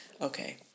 okay